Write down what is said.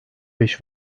beş